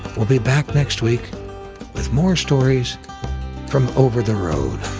we'll be back next week with more stories from over the road.